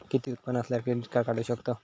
किती उत्पन्न असल्यावर क्रेडीट काढू शकतव?